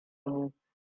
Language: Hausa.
mu